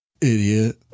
idiot